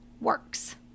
works